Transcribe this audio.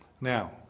Now